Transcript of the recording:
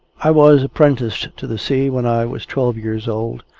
i was apprenticed to the sea when i was twelve years old,